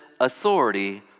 authority